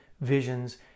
visions